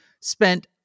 spent